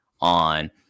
on